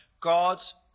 God's